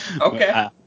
Okay